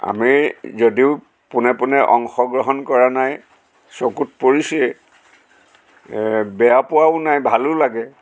আমি যদিও পোনে পোনে অংশগ্ৰহণ কৰা নাই চকুত পৰিছে বেয়া পোৱাও নাই ভালো লাগে